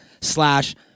slash